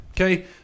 Okay